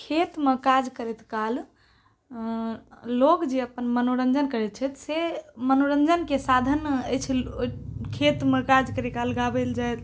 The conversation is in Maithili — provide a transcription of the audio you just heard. खेतमे काज करैत काल लोक जे अपन मनोरंजन करैत छथि से मनोरंजनके साधन अछि खेतमे काज करैत काल गाबल जाय